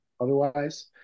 otherwise